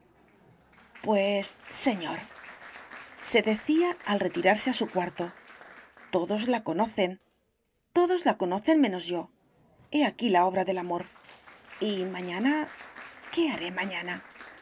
pues señorse decía al retirarse a su cuarto todos la conocen todos la conocen menos yo he aquí la obra del amor y mañana qué haré mañana